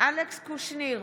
אלכס קושניר,